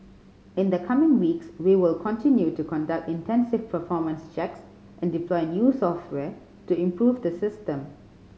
in the coming weeks we will continue to conduct intensive performance checks and deploy new software to improve the system